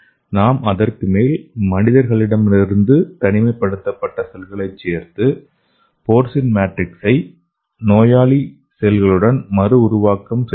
நாம் அதற்கு மேல் மனிதர்களிடமிருந்து தனிமைப்படுத்தப்பட்ட செல்களைச் சேர்த்து போர்சின் மேட்ரிக்ஸை நோயாளி செல்களுடன் மறு உருவாக்கம் செய்கிறோம்